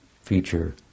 feature